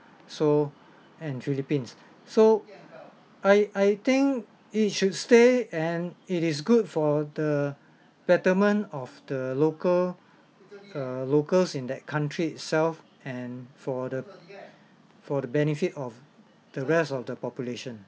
so and philippines so I I think it should stay and it is good for the betterment of the local err locals in that country itself and for the for the benefit of the rest of the population